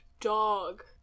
dog